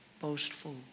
boastful